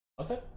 okay